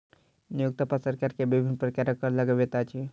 नियोक्ता पर सरकार विभिन्न प्रकारक कर लगबैत अछि